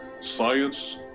science